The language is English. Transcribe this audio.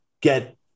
get